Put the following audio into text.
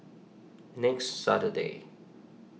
next Saturday